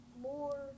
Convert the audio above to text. more